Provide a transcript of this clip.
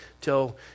till